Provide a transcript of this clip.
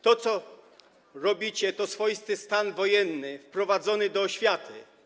To, co robicie, to swoisty stan wojenny wprowadzony do oświaty.